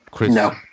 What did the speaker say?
No